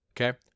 Okay